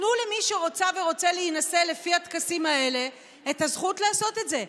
תנו למי שרוצָה ורוצֶה להינשא לפי הטקסים האלה את הזכות לעשות את זה.